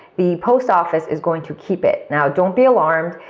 the post office is going to keep it. now, don't be alarmed,